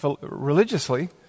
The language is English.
religiously